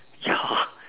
ya